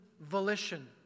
volition